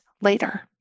later